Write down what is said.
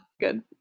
Good